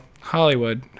Hollywood